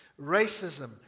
racism